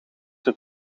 het